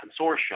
consortium